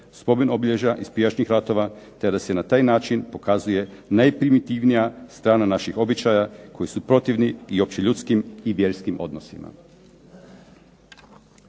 spomen obilježja iz prijašnjih ratova te da se na taj način pokazuje najprimitivnija strana naših običaja koji su protivni i općim ljudskim i vjerskim odnosima.